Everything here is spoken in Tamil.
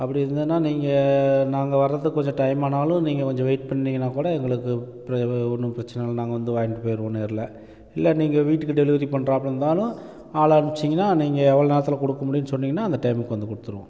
அப்படி இருந்ததுனால் நீங்கள் நாங்கள் வரத்துக்கு கொஞ்சம் டைமானாலும் நீங்கள் கொஞ்சம் வெய்ட் பண்ணிங்கனாக்கூட எங்களுக்கு பிரே ஒன்றும் பிரச்னை இல்லை நாங்கள் வந்து வாங்கிட்டு போய்டுவோம் நேர்ல இல்லை நீங்கள் வீட்டுக்கு டெலிவரி பண்ணுறாப்ல இருந்தாலும் ஆளை அனுப்பிச்சிங்கினால் நீங்கள் எவ்வளவு நேரத்தில் கொடுக்க முடியும் சொன்னிங்கன்னால் அந்த டைம்க்கு வந்து கொடுத்துருவோம் ம்